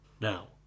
now